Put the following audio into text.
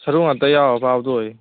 ꯁꯔꯨꯉꯥꯛꯇ ꯌꯥꯎꯔ ꯄꯥꯕꯗꯣ ꯑꯣꯏꯌꯦ